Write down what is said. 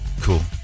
Cool